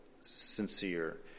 sincere